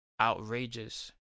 outrageous